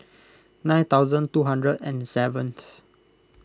nine thousand two hundred and seventh